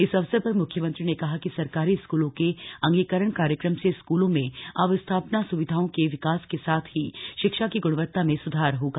इस अवसर पर मुख्यमंत्री ने कहा कि सरकारी स्कूलों के अंगीकरण कार्यक्रम से स्कूलों में अवस्थापना स्वविधाओं के विकास के साथ ही शिक्षा की गुणवत्ता में सुधार होगा